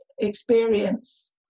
experience